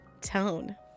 tone